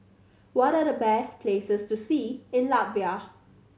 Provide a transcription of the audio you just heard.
what are the best places to see in Latvia